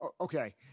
okay